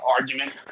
argument